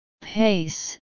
Pace